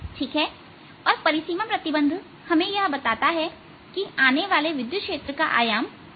ठीक है और परिसीमा प्रतिबंध हमें यह बताती है कि आने वाले विद्युत क्षेत्र का आयाम क्या होगा